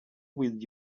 with